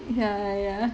ya ya ya